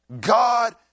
God